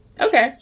Okay